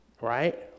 right